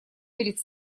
перед